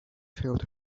filled